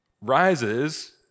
rises